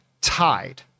Tied